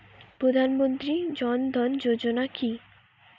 প্রধান মন্ত্রী জন ধন যোজনা কি?